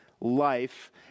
life